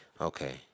Okay